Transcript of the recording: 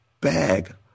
bag